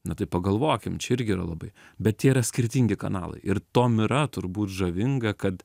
na tai pagalvokim čia irgi yra labai bet tie yra skirtingi kanalai ir tuom yra turbūt žavinga kad